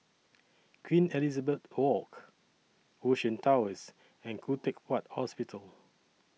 Queen Elizabeth Walk Ocean Towers and Khoo Teck Puat Hospital